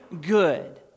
good